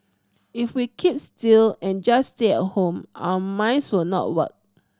if we keep still and just stay at home our minds will not work